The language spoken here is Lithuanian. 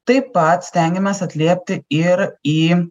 taip pat stengiamės atliepti ir į